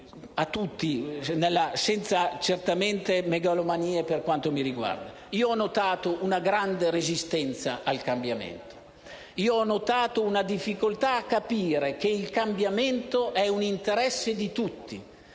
Ho notato una grande resistenza al cambiamento e una difficoltà a capire che il cambiamento è interesse di tutti.